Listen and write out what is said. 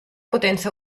potenza